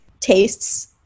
tastes